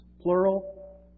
plural